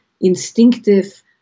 instinctive